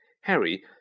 Harry